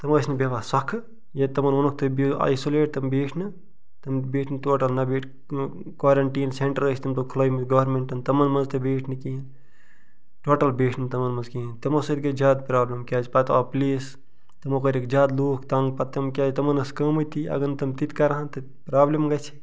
تم ٲسۍ نہٕ بیٚہوان سۄکھٕ ییٚتہِ تِمَن ووٚنُکھ تُہۍ بہیو آیسولیٹ تم بیٖٹھۍ نہٕ تم بیٖٹھۍ نہٕ ٹوٹل نہ بیٖٹھۍ تم کورنٹیٖن سینٹر ٲس تم دۄہ کھوٗلمٕتۍ گورمیٚنٹن تمن منٛز تہِ بیٖٹھۍ نہٕ کِہیٖنۍ ٹوٹل بیٖٹھۍ نہٕ تمَن منٛز کہیٖنۍ تِمو سۭتۍ گٔے زیادٕ پرابلم کیازِ پتہٕ آو پلیٖس تِمو کٔرِکھ زیادٕ لوٗکھ تنگ پتہٕ تِم کیازِ تمن ٲس کٲمٕے تِۍ اگر نہٕ تِم تِتہِ کرٕہَن پرابلم گژھِ ہے